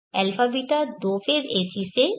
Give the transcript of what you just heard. αβ दो phase AC से तीन फेज़ AC